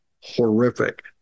horrific